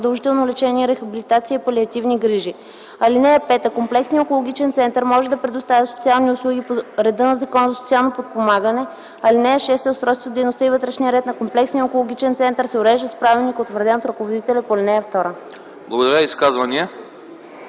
продължително лечение, рехабилитация и палиативни грижи. (5) Комплексният онкологичен център може да предоставя социални услуги по реда на Закона за социалното подпомагане. (6) Устройството, дейността и вътрешният ред на комплексния онкологичен център се уреждат с правилник, утвърден от ръководителя по ал. 2.” ПРЕДСЕДАТЕЛ